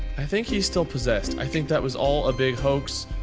i think he's still possessed, i think that was all a big hoax